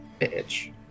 Bitch